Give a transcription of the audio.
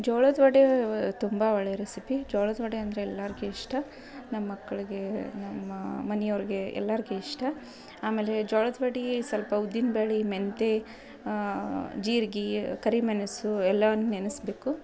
ಜೋಳದ ವಡೆ ತುಂಬ ಒಳ್ಳೆಯ ರೆಸಿಪಿ ಜೋಳದ ವಡೆ ಅಂದರೆ ಎಲ್ಲಾರಿಗೆ ಇಷ್ಟ ನಮ್ಮ ಮಕ್ಕಳಿಗೆ ನಮ್ಮ ಮನೆಯವ್ರಿಗೆ ಎಲ್ಲಾರಿಗೆ ಇಷ್ಟ ಆಮೇಲೆ ಜೋಳದ ವಡೆಗೆ ಸ್ವಲ್ಪ ಉದ್ದಿನ ಬ್ಯಾಳೆ ಮೆಂತೆ ಜೀರಿಗೆ ಕರಿ ಮೆಣಸು ಎಲ್ಲವನ್ನು ನೆನೆಸ್ಬೇಕು